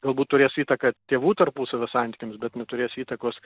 galbūt turės įtaką tėvų tarpusavio santykiams bet neturės įtakos